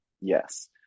Yes